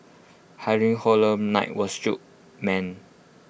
Halloween horror night was shook man